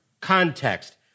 context